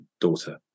daughter